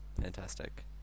Fantastic